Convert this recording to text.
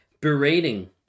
Berating